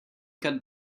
cut